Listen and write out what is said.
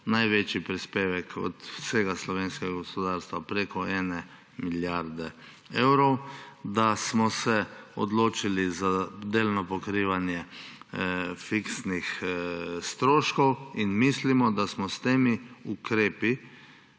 največji prispevek od vsega slovenskega gospodarstva, prek 1 milijardo evrov, da smo se odločili za delno pokrivanje fiksnih stroškov, in mislimo, da smo s temi ukrepi,